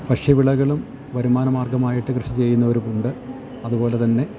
ഭക്ഷ്യവിളകളും വരുമാന മാർഗ്ഗമായിട്ട് കൃഷി ചെയ്യുന്നവരുമുണ്ട് അതുപോലെത്തന്നെ